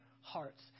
hearts